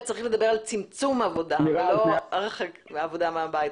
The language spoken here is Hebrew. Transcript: צריך לדבר על צמצום עבודה ולא על עבודה מהבית.